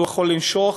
והוא יכול לנשוך